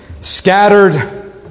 scattered